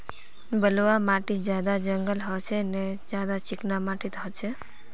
बलवाह माटित ज्यादा जंगल होचे ने ज्यादा चिकना माटित होचए?